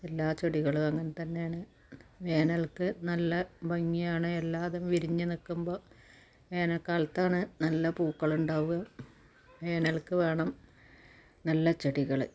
എല്ലാ ചെടികളും അങ്ങനെത്തന്നെയാണ് വേനലിൽ നല്ല ഭംഗിയാണ് എല്ലായിതും വിരിഞ്ഞ് നിൽക്കുമ്പോൾ വേനൽക്കാലത്താണ് നല്ല പൂക്കളുണ്ടാവുക വേനലിലേക്ക് വേണം നല്ല ചെടികൾ